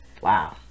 Wow